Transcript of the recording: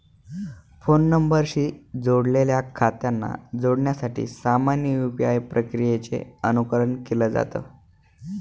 phone नंबरशी जोडलेल्या खात्यांना जोडण्यासाठी सामान्य यू.पी.आय प्रक्रियेचे अनुकरण केलं जात